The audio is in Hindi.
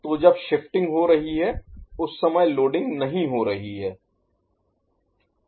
तो जब शिफ्टिंग हो रही है उस समय लोडिंग नहीं हो रही है